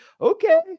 okay